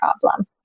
problem